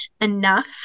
enough